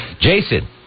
Jason